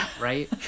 right